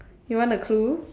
you want a clue